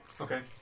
Okay